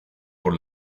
por